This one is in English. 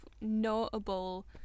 notable